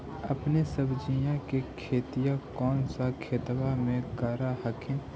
अपने सब्जिया के खेतिया कौन सा खेतबा मे कर हखिन?